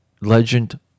Legend